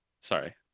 Sorry